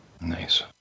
nice